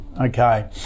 Okay